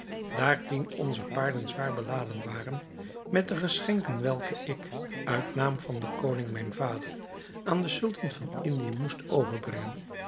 tien onzer paarden zwaar beladen waren met de geschenken welke ik uit naam van den koning mijn vader aan den sultan van indië moest overbrengen